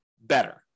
better